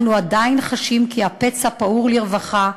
אנו עדיין חשים כי הפצע פעור לרווחה,